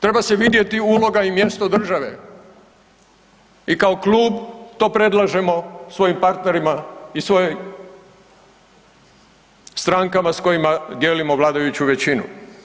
Treba se vidjeti uloga i mjesto države i kao klub to predlažemo svojim partnerima i svojim strankama s kojima dijelimo vladajuću većinu.